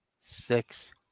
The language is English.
six